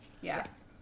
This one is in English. Yes